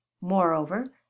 moreover